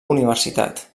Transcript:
universitat